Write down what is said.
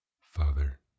Father